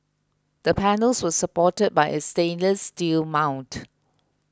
the panels were supported by a stainless steel mount